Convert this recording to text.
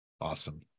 Awesome